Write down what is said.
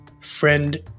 friend